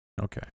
Okay